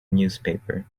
newspaper